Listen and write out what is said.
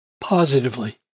positively